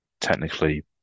technically